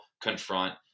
confront